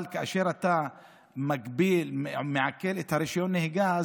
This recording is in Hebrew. אבל כאשר אתה מעקל את רישיון הנהיגה,